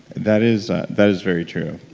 that is that is very true.